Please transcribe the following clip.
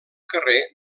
carrer